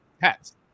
hats